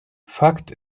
fakt